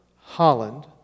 Holland